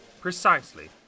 Precisely